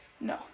No